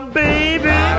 baby